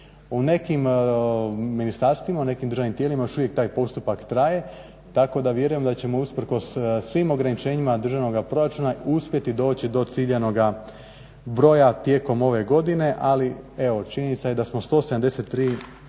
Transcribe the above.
U nekim ministarstvima, u nekim državnim tijelima još uvijek taj postupak traje, tako da vjerujem da ćemo usprkos svim ograničenjima državnog proračuna uspjeti doći do ciljanoga broja tijekom ove godine. Ali evo činjenica je da smo 173